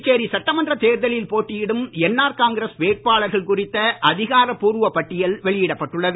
புதுச்சேரி சட்டமன்றத் தேர்தலில் போட்டியிடும் என்ஆர் காங்கிரஸ் வேட்பாளர்கள் குறித்த அதிகாரப்பூர்வ பட்டியல் வெளியிடப்பட்டுள்ளது